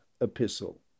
epistle